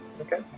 Okay